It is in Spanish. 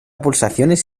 pulsaciones